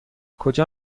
کجا